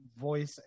voice